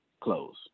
Close